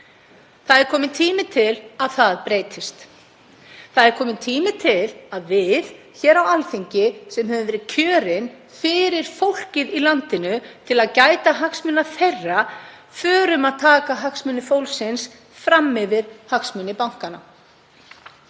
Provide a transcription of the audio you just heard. Það er kominn tími til að það breytist. Það er kominn tími til að við hér á Alþingi, sem höfum verið kjörin fyrir fólkið í landinu, til að gæta hagsmuna þess, förum að taka hagsmuni fólksins fram yfir hagsmuni bankanna.